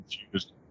confused